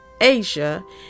Asia